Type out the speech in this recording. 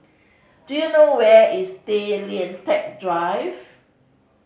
do you know where is Tay Lian Teck Drive